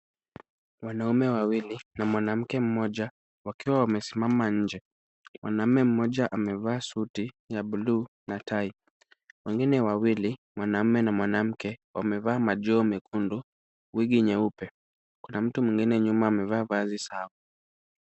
Wanaume wawili na mwanamke mmoja wakiwa wamesimama nje. Mwanaume mmoja amevaa suti ya buluu na tai. Wengine wawili, mwanaume na mwanamke, wamevaa majoho mekundu, wigi nyeupe. Kuna mtu mwingine nyuma amevaa vazi sawa.